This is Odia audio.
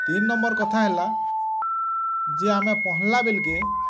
ତିନ୍ ନମ୍ବର କଥା ହେଲା ଯେ ଆମେ ପହଲାଁ ବିଲକେ